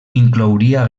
inclouria